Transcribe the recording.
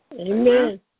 Amen